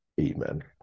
amen